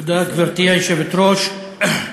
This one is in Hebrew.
גברתי היושבת-ראש, תודה,